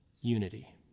unity